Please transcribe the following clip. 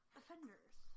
offenders